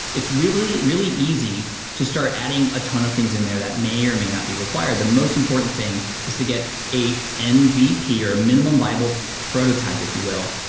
it's really, really easy to start adding a ton of things in there that may or may not be required. the most important thing is to get an mvp, or minimum viable prototype, if you will,